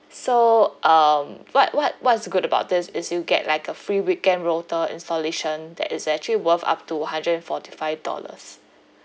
so um what what what is good about this is you get like a free weekend router installation that is actually worth up to hundred and forty five dollars